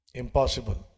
impossible